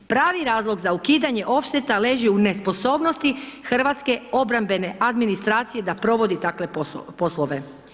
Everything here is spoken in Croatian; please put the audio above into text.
Pravi razlog za ukidanje offseta leži u nesposobnosti hrvatske obrambene administracije da provodi takve poslove.